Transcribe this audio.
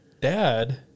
dad